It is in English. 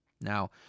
Now